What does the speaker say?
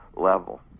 Level